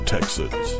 Texas